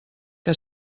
que